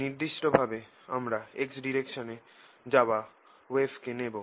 নির্দিষ্টভাবে আমরা x ডাইরেকশনে যাওয়া ওয়েভকে নেব